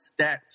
stats